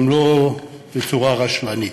אם לא בצורה רשלנית.